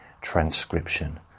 transcription